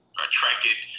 attracted